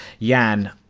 Jan